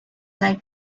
light